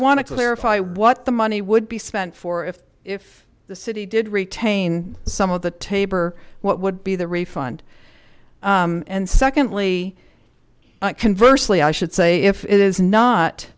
want to clarify what the money would be spent for if the city did retain some of the tabor what would be the refund and secondly conversely i should say if it is not